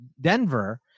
Denver